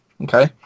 Okay